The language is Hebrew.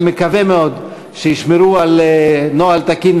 אני מקווה מאוד שישמרו על נוהל תקין,